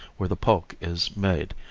where the pulque is made,